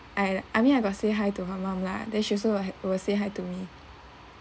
I I mean I got say hi to her mum lah then she also will will say hi to me